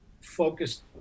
focused